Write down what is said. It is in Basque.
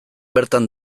bertan